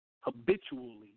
habitually